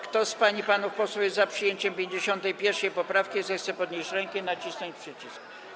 Kto z pań i panów posłów jest za przyjęciem 51. poprawki, zechce podnieść rękę i nacisnąć przycisk.